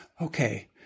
okay